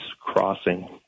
crossing